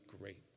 great